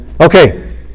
Okay